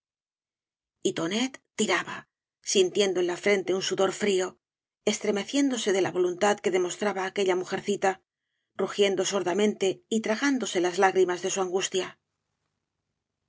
tonet tiraba sintiendo en la frente un sudor frío estremeciéndose de la voluntad que demostraba aquella mujercita rugiendo sordamente y tragándose las lágrimas de su angustia